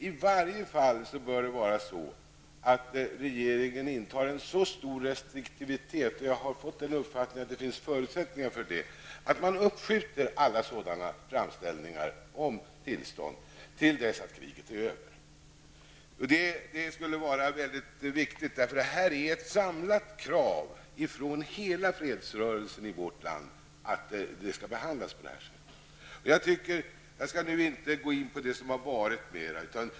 I varje fall bör regeringen inta en så stor restriktivitet -- jag har fått uppfattningen att det finns förutsättningar för det -- att alla sådana framställningar om tillstånd skjuts upp till dess att kriget är över. Det är ett samlat krav från hela fredsrörelsen i vårt land att framställningar skall behandlas så. Jag skulle inte mer gå in på det som har hänt tidigare.